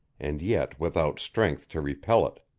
and yet without strength to repel it.